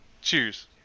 Cheers